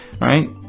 Right